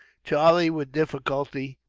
charlie, with difficulty,